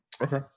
okay